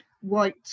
white